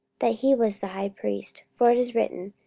that he was the high priest for it is written,